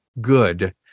good